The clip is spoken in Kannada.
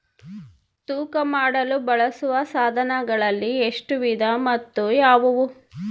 ತೂಕ ಮಾಡಲು ಬಳಸುವ ಸಾಧನಗಳಲ್ಲಿ ಎಷ್ಟು ವಿಧ ಮತ್ತು ಯಾವುವು?